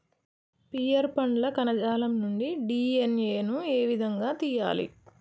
Pear పండ్ల కణజాలం నుండి డి.ఎన్.ఎ ను ఏ విధంగా తియ్యాలి?